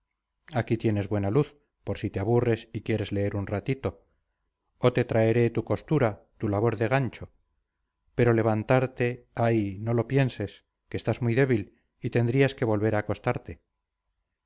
aquí tienes buena luz por si te aburres y quieres leer un ratito o te traeré tu costura tu labor de gancho pero levantarte ay no lo pienses que estás muy débil y tendrías que volver a acostarte